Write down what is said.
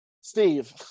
Steve